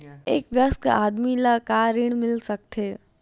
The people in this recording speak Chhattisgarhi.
एक वयस्क आदमी ल का ऋण मिल सकथे?